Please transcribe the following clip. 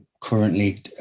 currently